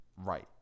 Right